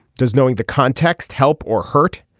does knowing the context help or hurt.